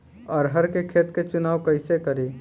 अरहर के खेत के चुनाव कईसे करी?